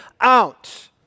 out